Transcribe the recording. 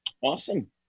Awesome